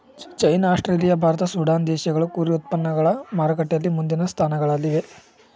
China Australia Bharat Sudan ದೇಶಗಳು ಕುರಿ ಉತ್ಪನ್ನಗಳು ಮಾರುಕಟ್ಟೆಯಲ್ಲಿ ಮುಂದಿನ ಸ್ಥಾನಗಳಲ್ಲಿವೆ